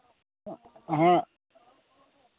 ᱦᱮᱸ